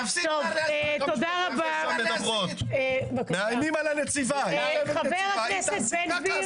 תפסיק כבר --- חבר הכנסת בן גביר.